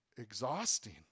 exhausting